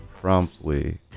promptly